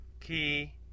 key